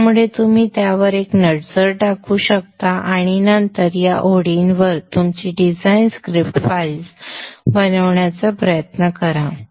त्यामुळे तुम्ही त्यावर एक नजर टाकू शकता आणि नंतर या ओळींवर तुमची डिझाईन स्क्रिप्ट फाइल्स बनवण्याचा प्रयत्न करा